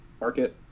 market